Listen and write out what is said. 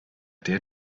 der